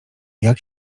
jak